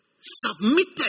submitted